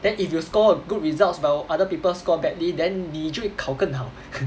then if you score a good results but other people scored badly then 你就会考更好